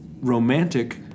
romantic